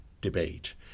debate